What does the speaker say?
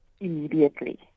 immediately